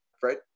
fred